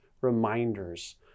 reminders